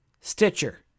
Stitcher